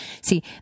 See